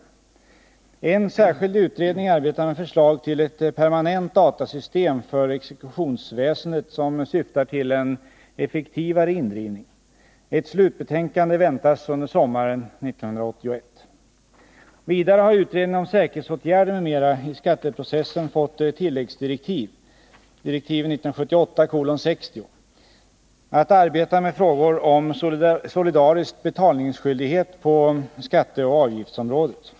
En särskild utredning arbetar med förslag till ett permanent datasystem för exekutionsväsendet som syftar till en effektivare indrivning. Ett slutbetänkande väntas under sommaren 1981. Vidare har utredningen om säkerhetsåtgärder m.m. i skatteprocessen fått tilläggsdirektiv att arbeta med frågor om solidarisk betalningsskyldighet på skatteoch avgiftsområdet.